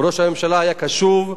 וראש הממשלה היה קשוב.